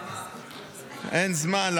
אין זמן.